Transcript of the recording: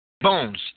Bones